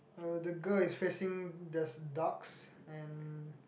uh the girl is facing there's ducks and